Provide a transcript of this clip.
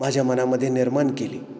माझ्या मनामध्ये निर्माण केली